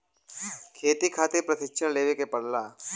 खेती खातिर प्रशिक्षण लेवे के पड़ला